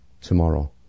tomorrow